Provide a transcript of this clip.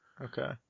Okay